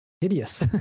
hideous